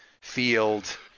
field